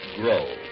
grow